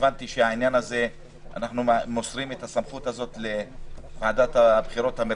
הבנתי שאנחנו מוסרים את הסמכות לוועדת הבחירות המרכזית,